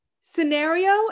scenario